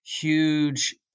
huge